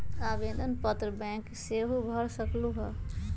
आवेदन पत्र बैंक सेहु भर सकलु ह?